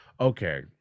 Okay